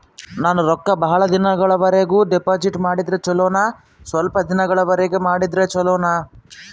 ನಾನು ರೊಕ್ಕ ಬಹಳ ದಿನಗಳವರೆಗೆ ಡಿಪಾಜಿಟ್ ಮಾಡಿದ್ರ ಚೊಲೋನ ಸ್ವಲ್ಪ ದಿನಗಳವರೆಗೆ ಮಾಡಿದ್ರಾ ಚೊಲೋನ?